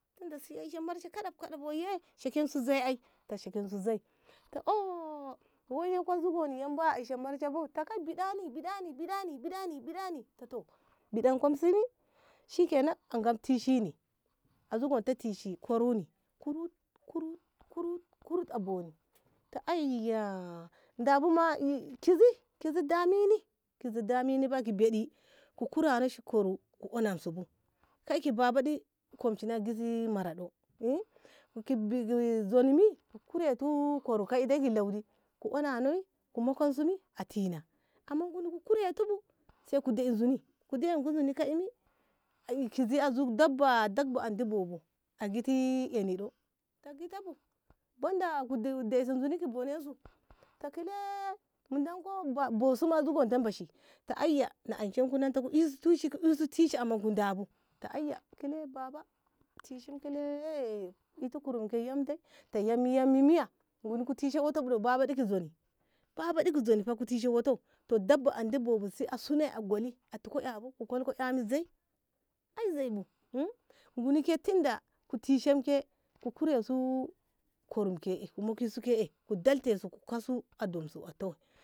Tunda su a ishe marshe kaɗaf- kaɗaf shekensu zei ai ta shekensu zei ta ohh wooiye zugonni yam baya a ishe marshe bu ta kai biɗani- biɗani- biɗani- biɗani- biɗani ta toh biɗan ko si wom shikenan a ngab tishinni koro kurut kurut a boni ta aiya da bu ma kizi damenni kizi damenni kizi damenni baya ki ɓeɗi ku kura no si koru koro ku onasu bu kai ki babaɗi komshine a gitti mara ɗo e ki zoni mi ko kure tu koro mi ki laudi ku onanoi ku mokisu a tina amma nguni ngu kureti bu sai ngu dai zuni ngu ɗeyanko zuni kai mi kizi a zuk dabba dabba andi bo bu a gitti eni ta gitabu banda ku dai zuni ki bonensu ta kile mu danko bosu ma ka damba shi ta aiya na anshenku ku onsu tishi ku onsu tishi amma ku dabu ta aiya kile baba tishim kile itu koro yam dai ta yam yam miye nguni ngu tishe woto buɗo babaɗi ki zoni babaɗi ki zoni fa ngu tishe woto dabba andi bo bu si a suna a goli tiko ƙabu ku kolko ɗamin zei bi ai zeibu nguni ke tunda ngu tishi kem ku kure su koru ngu mokisu ke'e ku dalte su ku kasi a domsu a toi.